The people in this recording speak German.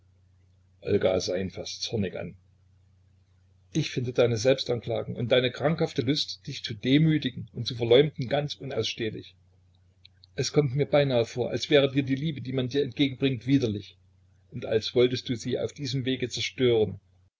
olga sah ihn fast zornig an ich finde deine selbstanklagen und deine krankhafte lust dich zu demütigen und zu verleumden ganz unausstehlich es kommt mir beinahe vor als wäre dir die liebe die man dir entgegenbringt widerlich und als wolltest du sie auf diesem wege zerstören